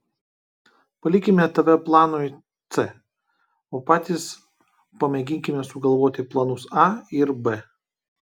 palikime tave planui c o patys pamėginkime sugalvoti planus a ir b